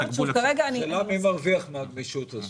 השאלה מי מרוויח מהגמישות הזו.